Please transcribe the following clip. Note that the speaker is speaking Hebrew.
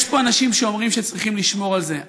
יש אנשים שאומרים שצריכים לשמור על זה.